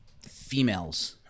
females